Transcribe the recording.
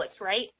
right